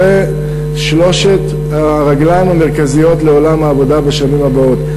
אלו שלוש הרגליים המרכזיות לעולם העבודה בשנים הבאות.